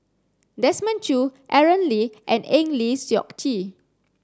Desmond Choo Aaron Lee and Eng Lee Seok Chee